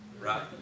right